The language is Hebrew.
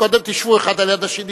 קודם תשבו אחד ליד השני,